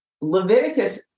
Leviticus